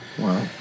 Wow